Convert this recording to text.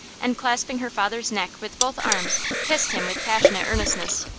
and clasping her father's neck with both arms kissed him with passionate earnestness.